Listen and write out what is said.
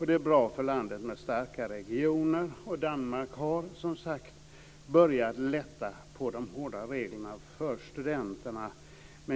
Det är bra för landet med starka regioner, och Danmark har som sagt börja lätta på de hårda reglerna för studenterna.